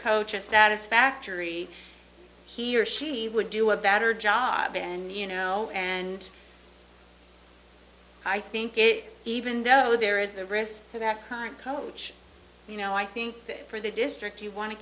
coach a satisfactory he or she would do a better job and you know and i think it even though there is the risk to that time coach you know i think for the district you want to